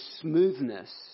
smoothness